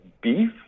beef